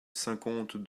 cinquante